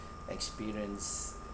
experience